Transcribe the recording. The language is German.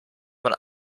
man